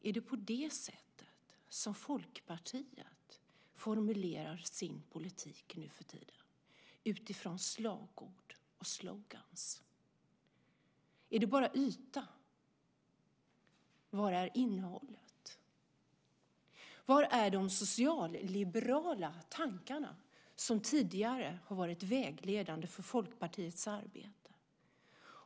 Är det på det sättet som Folkpartiet formulerar sin politik nuförtiden, utifrån slagord och en slogan? Är det bara yta? Var är innehållet? Var är de socialliberala tankarna, som tidigare har varit vägledande för Folkpartiets arbete?